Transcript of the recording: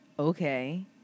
Okay